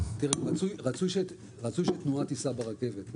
רצוי שתנועה תיסע ברכבת,